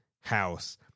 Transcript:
house